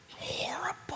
Horrible